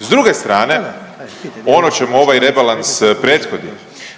S druge strane ono čemu ovaj rebalans prethodi,